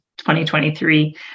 2023